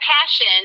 passion